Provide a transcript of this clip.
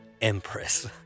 Empress